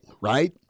right